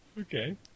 Okay